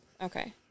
okay